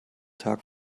tag